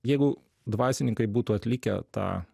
jeigu dvasininkai būtų atlikę tą